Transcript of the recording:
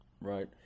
right